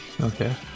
Okay